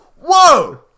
whoa